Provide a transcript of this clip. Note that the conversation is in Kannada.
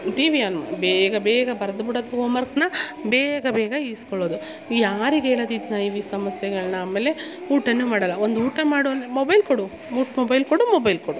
ಟಿವಿ ಆನ್ ಮಾಡು ಬೇಗ ಬೇಗ ಬರೆದು ಬಿಡೋದು ಹೋಮ್ವರ್ಕ್ನಾ ಬೇಗ ಬೇಗ ಈಸ್ಕೊಳ್ಳೋದು ಯಾರಿಗೇಳೊದು ಈ ಸಮಸ್ಯೆಗಳನ್ನ ಅಮೇಲೆ ಊಟಾನು ಮಾಡೋಲ್ಲ ಒಂದು ಊಟ ಮಾಡು ಅಂದರೆ ಮೊಬೈಲ್ ಕೊಡು ಮೊಬೈಲ್ ಕೊಡು ಮೊಬೈಲ್ ಕೊಡು